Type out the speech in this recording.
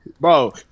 Bro